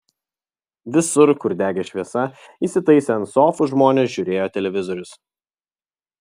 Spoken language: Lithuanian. visur kur degė šviesa įsitaisę ant sofų žmonės žiūrėjo televizorius